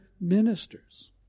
ministers